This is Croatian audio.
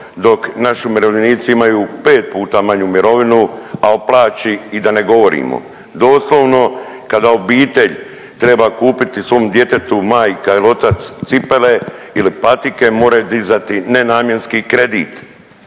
dok naši umirovljenici imaju pet puta manju mirovinu, a o plaći i da ne govorimo, doslovno kada obitelj treba kupiti svom djetetu, majka ili otac cipele ili patike moraju dizati nenamjenski kredit.